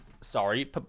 Sorry